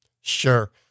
Sure